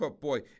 Boy